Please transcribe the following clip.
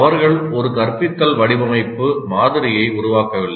அவர்கள் ஒரு கற்பித்தல் வடிவமைப்பு மாதிரியை உருவாக்கவில்லை